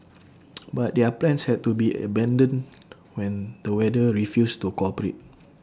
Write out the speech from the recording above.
but their plans had to be abandoned when the weather refused to cooperate